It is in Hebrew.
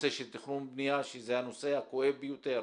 לנושא של תכנון ובניה, שזה הנושא הכואב ביותר